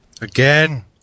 Again